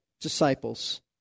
disciples